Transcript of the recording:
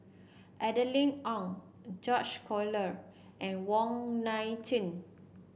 Adeline Ooi George Collyer and Wong Nai Chin